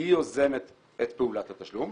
היא יוזמת את פעולת התשלום,